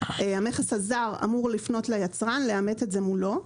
המכס הזר אמור לפנות ליצרן ולאמת את זה מולו,